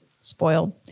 Spoiled